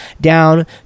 down